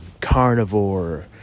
carnivore